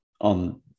on